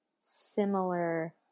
similar